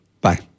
bye